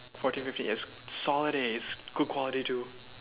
fourteen fifteen yes solid eh is good quality too